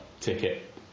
ticket